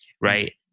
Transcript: right